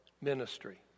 ministry